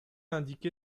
indiqué